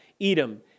Edom